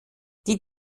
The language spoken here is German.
die